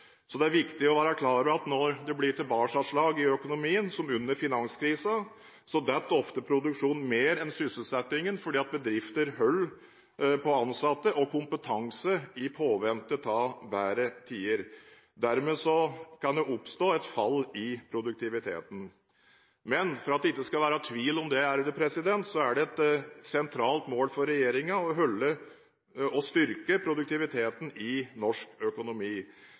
Det er viktig å være klar over at når det blir tilbakeslag i økonomien, som under finanskrisen, faller ofte produksjonen mer enn sysselsettingen, for bedrifter holder på ansatte og kompetanse i påvente av bedre tider. Dermed kan det oppstå et fall i produktiviteten. Men for at det ikke skal være noen tvil: Det er et sentralt mål for regjeringen å styrke produktiviteten i norsk økonomi.